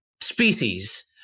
species